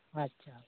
ᱟᱪᱪᱷᱟ